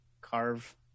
carve